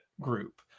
group